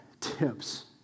tips